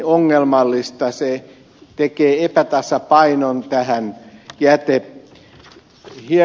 se tekee epätasapainon tähän jätehierarkiaan